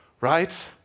Right